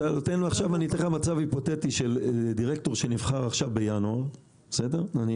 אני אתן לך מצב היפותטי של דירקטור שנבחר עכשיו בינואר נניח.